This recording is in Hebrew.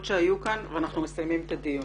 שנשאלו כאן ולאחר מכן אנחנו נסיים את הדיון.